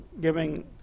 giving